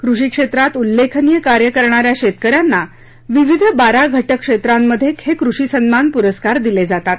कृषी क्षेत्रात उल्लेखनीय कार्य करणा या शेतक यांना विविध बारा घटक क्षेत्रांमध्ये हे कृषी सन्मान प्रस्कार दिले जातात